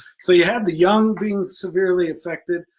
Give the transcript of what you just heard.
so you have the young being severely affected,